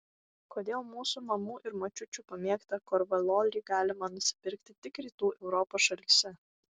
kodėl mūsų mamų ir močiučių pamėgtą korvalolį galima nusipirkti tik rytų europos šalyse